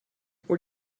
where